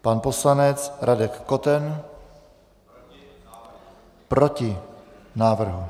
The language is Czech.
Pan poslanec Radek Koten: Proti návrhu.